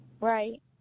Right